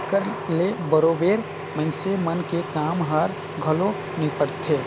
एकर ले बरोबेर मइनसे मन के काम हर घलो निपटथे